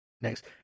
next